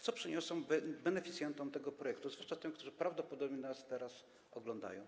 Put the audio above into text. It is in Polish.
Co przyniosą beneficjentom tego projektu, zwłaszcza tym, którzy prawdopodobnie nas teraz oglądają?